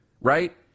right